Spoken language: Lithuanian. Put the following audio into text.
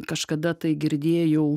kažkada tai girdėjau